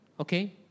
Okay